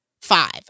five